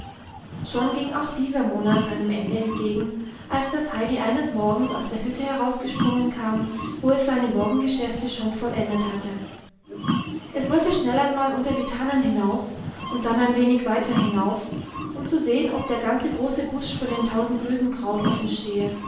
schon ging auch dieser monat seinem ende entgegen als das heidi eines morgens aus der hütte herausgesprungen kam wo es seine morgengeschäfte schon vollendet hatte es wollte schnell einmal unter die tannen hinaus und dann ein wenig weiter hinauf um zu sehen ob der ganze große busch von dem tausendgüldenkraut